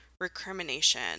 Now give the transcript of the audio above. recrimination